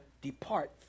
depart